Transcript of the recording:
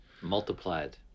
Multiplied